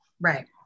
Right